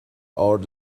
ard